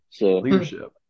leadership